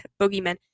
boogeymen